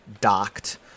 docked